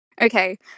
Okay